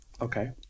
Okay